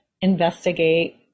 investigate